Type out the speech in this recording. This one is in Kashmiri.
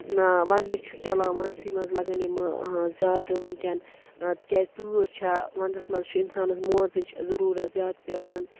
نا ونٛدٕ چھُ چَلان ونٛدسٕے منٛز لگان یِمہٕ زیادٕ وٕنکٮ۪ن تِکیٛازِ تۭر چھےٚ ونٛدس منٛز چھُ اِنسانس موزٕچ چھِ ضوٚرتھ زیادٕ پٮ۪وان